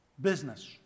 business